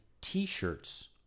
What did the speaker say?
T-shirts